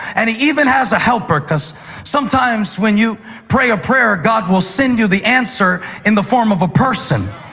and he even has a helper. sometimes sometimes when you pray a prayer, god will send you the answer in the form of a person.